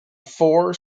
four